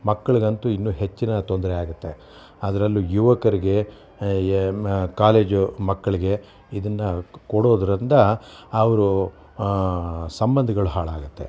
ಮಕ್ಕಳಿಗಂತೂ ಇನ್ನೂ ಹೆಚ್ಚಿನ ತೊಂದರೆ ಆಗುತ್ತೆ ಅದರಲ್ಲೂ ಯುವಕರಿಗೆ ಕಾಲೇಜು ಮಕ್ಕಳಿಗೆ ಇದನ್ನು ಕೊಡೋದ್ರಿಂದ ಅವರು ಸಂಬಂಧಗಳು ಹಾಳಾಗತ್ತೆ